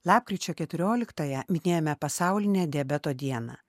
lapkričio keturioliktąją minėjome pasaulinę diabeto dieną